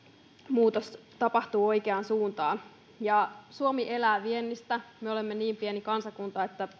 muutos tapahtuu oikeaan suuntaan suomi elää viennistä me olemme niin pieni kansakunta että